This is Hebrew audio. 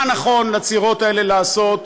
מה נכון לצעירות האלה לעשות.